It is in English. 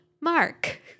Mark